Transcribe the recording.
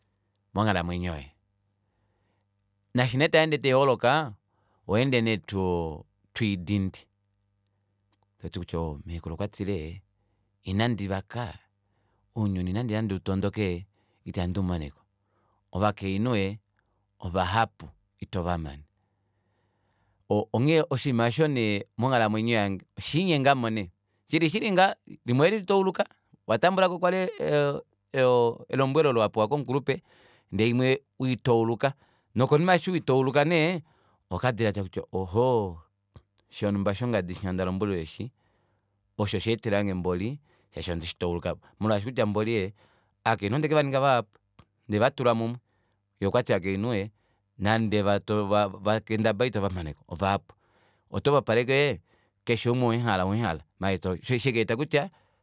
Monghalamwenyo yoye naashi nee tayeende taiholoka ohoende nee too toididi toti kutya oo mekulu okwati ee inandivaka ounyuni nande nanduu tondoke ota nduumaneko ovakainhu ee ovahapu itovamane onghee oshiima aasho nee monghalamwenyo yange oshiinyengahmo nee shilishili ngaa imwe weitauluka watambulako elombwelo olo wapewa kwali komukulupe ndee imwe weitauluka nokonima eshi wiitauluka nee ohokadilaadila kutya ohoo shonumba shongadi shinya ndalombwelelwe shinya osho sheetelange mmboli shaashi ondeshi tauluka molwaashi kutya mboli ee ovakainhu ondeke vaninga vahapu ondevatula mumwe kwoo okwati aakainhu ee nande vakendabala itovameko ovahapu oto popapala ashike keshe umwe owemuhala owemuhala osho shekeeta kutya